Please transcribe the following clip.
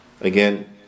Again